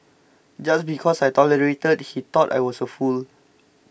just because I tolerated he thought I was a fool